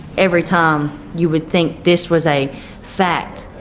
every time you would think this was a fact,